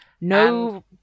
No